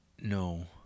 No